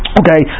okay